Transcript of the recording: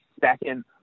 second